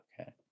Okay